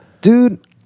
Dude